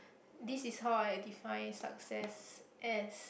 this is how I define success as